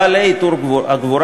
בעלי עיטור הגבורה,